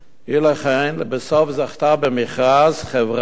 אי לכך, בסוף זכתה במכרז חברת